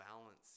balance